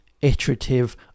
iterative